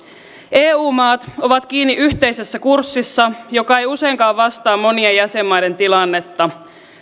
eu maat ovat kiinni yhteisessä kurssissa joka ei useinkaan vastaa monien jäsenmaiden tilannetta